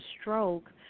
stroke